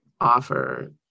offer